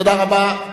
תודה רבה.